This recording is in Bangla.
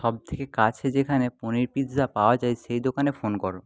সবথেকে কাছে যেখানে পনির পিৎজা পাওয়া যায় সেই দোকানে ফোন করো